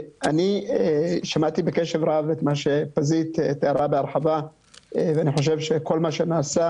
אני שמעתי בקשב רב את מה שפזית תיארה בהרחבה ואני חושב שכל מה שנעשה